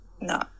No